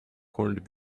corned